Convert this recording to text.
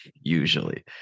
usually